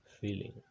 feeling